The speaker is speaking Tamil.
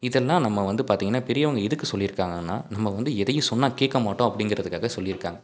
இதெல்லாம் நம்ம வந்து பார்த்திங்கன்னா பெரியவங்க எதுக்கு சொல்லியிருக்காங்கனா நம்ம வந்து எதையும் சொன்னால் கேட்கமாட்டோம் அப்படிங்கிறதுக்காக சொல்லியிருக்காங்க